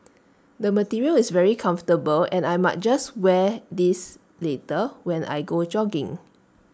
the material is very comfortable and I might just wear this later when I go jogging